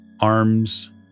arms